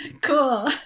cool